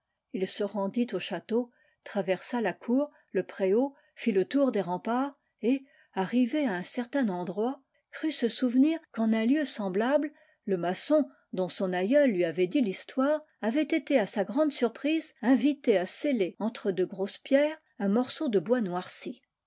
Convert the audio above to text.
il se rendit au château traversa la cour le préau fît le tour des remparts et arrivé à un certain endroit crut se souvenir qu'en un lieu semblable le maçon dont son aïeul lui avait dit l'histoire avait été à sa grande surprise invité à sceller entre de grosses pierres un morceau de bois noirci